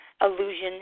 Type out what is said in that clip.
illusion